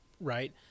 right